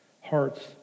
hearts